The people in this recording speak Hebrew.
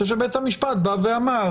אני חושב שבית המשפט בא ואמר,